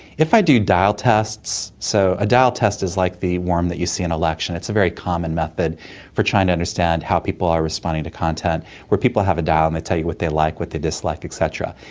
if i do dial tests. so a dial test is like the one um that you see in an election, it's a very common method for trying to understand how people are responding to content, where people have a dial and they tell you what they like, what they dislike, et cetera.